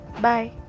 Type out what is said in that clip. bye